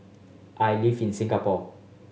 I live in Singapore